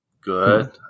Good